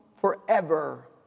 forever